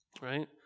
right